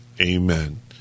Amen